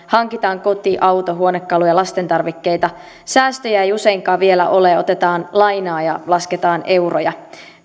hankitaan koti auto huonekaluja lastentarvikkeita säästöjä ei useinkaan vielä ole otetaan lainaa ja lasketaan euroja